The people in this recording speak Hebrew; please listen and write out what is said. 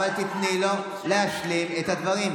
אבל אדוני, אבל תיתני לו להשלים את הדברים.